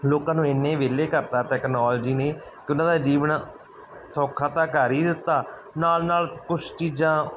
ਲੋਕਾਂ ਨੂੰ ਇੰਨੇ ਵਿਹਲੇ ਕਰਤਾ ਤੈਕਨੋਲਜੀ ਨੇ ਕਿ ਉਹਨਾਂ ਦਾ ਜੀਵਨ ਸੌਖਾ ਤਾਂ ਕਰ ਹੀ ਦਿੱਤਾ ਨਾਲ ਨਾਲ ਕੁਛ ਚੀਜ਼ਾਂ